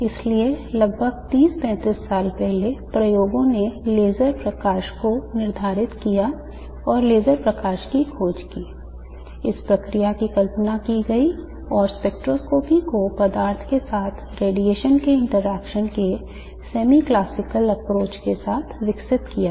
इसलिए लगभग 30 35 साल पहले प्रयोगों ने लेजर प्रकाश को निर्धारित किया और लेजर प्रकाश की खोज की इस प्रक्रिया की कल्पना की गई और स्पेक्ट्रोस्कोपी को पदार्थ के साथ रेडिएशन के इंटरेक्शन के semi classical approach के साथ विकसित किया गया